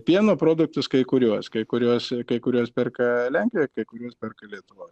pieno produktus kai kuriuos kai kuriuos kai kuriuos perka lenkijoj kai kurios per lietuvoj